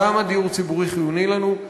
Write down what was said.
כמה דיור ציבורי חיוני לנו.